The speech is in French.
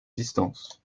distances